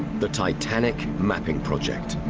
the titanic mapping project.